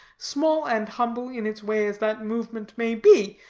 small and humble in its way as that movement may be.